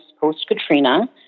post-Katrina